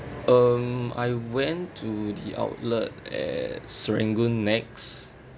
um I went to the outlet at serangoon NEX